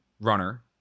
runner